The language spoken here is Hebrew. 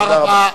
תודה רבה.